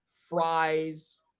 fries